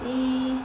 err